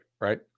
right